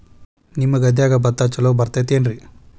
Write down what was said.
ನಿಮ್ಮ ಗದ್ಯಾಗ ಭತ್ತ ಛಲೋ ಬರ್ತೇತೇನ್ರಿ?